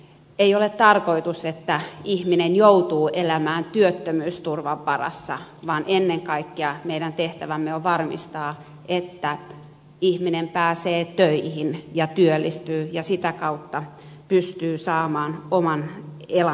ei ole tarkoitus että ihminen joutuu elämään työttömyysturvan varassa vaan ennen kaikkea meidän tehtävämme on varmistaa että ihminen pääsee töihin ja työllistyy ja sitä kautta pystyy saamaan oman elantonsa